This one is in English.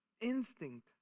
instinct